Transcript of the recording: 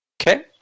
Okay